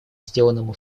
сделанному